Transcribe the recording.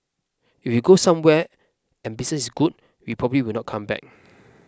if we go somewhere and business is good we probably will not come back